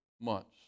months